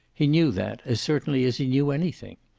he knew that, as certainly as he knew anything.